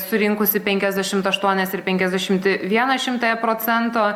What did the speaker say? surinkusi penkiasdešimt aštuonis ir penkiasdešimt vieną šimtąją procento